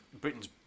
Britain's